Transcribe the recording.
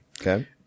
Okay